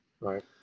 right